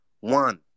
One